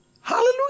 Hallelujah